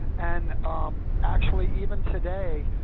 and actually even today,